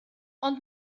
ond